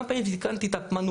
כמה פעמים תיקנתי את המנעולים.